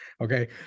Okay